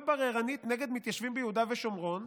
בררנית נגד מתיישבים ביהודה ושומרון,